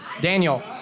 Daniel